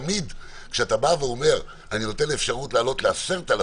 תמיד כשאתה בא ואומר: אני נותן אפשרות להעלות ל-10,000,